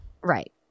Right